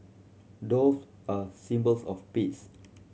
doves are symbols of peace